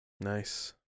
Nice